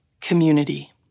community